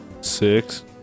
Six